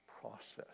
process